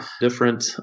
different